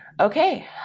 Okay